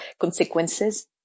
consequences